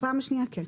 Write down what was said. בפעם השנייה כן.